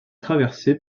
traversé